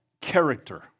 character